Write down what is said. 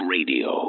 Radio